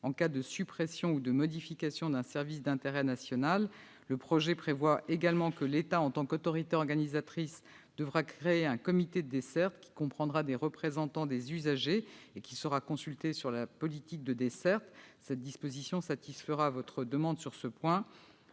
en cas de suppression ou de modification d'un service d'intérêt national. Le texte prévoit également que l'État, en tant qu'autorité organisatrice, devra créer un comité de dessertes qui comprendra des représentants des usagers et qui sera consulté sur la politique de dessertes. Une telle disposition satisfera la demande des